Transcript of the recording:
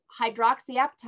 hydroxyapatite